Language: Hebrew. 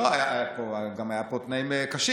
גם היו פה תנאים קשים,